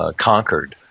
ah concord,